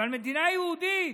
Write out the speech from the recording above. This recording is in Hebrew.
אבל מדינה יהודית,